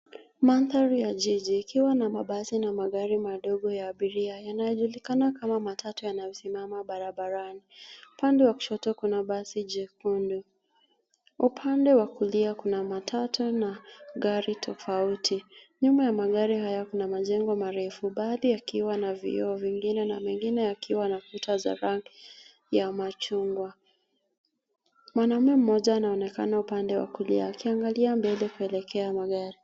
Manthari ya jiji, ikiwa na mabasi na magari madogo ya abiria, yanayojulikana kama matatu yanayosimama barabarani. Upande wa kushoto kuna basi jekundu. Upande wa kulia kuna matatu na gari tofauti. Nyuma ya magari haya kuna majengo marefu, baadhi yakiwa na vioo vingine na mengine yakiwa yana kuta za rangi ya machungwa. Mwanamume mmoja anaonekana upande wa kulia, akiangalia mbele kuelekea magari.